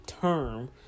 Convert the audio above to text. term